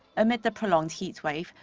amid the prolonged heatwave.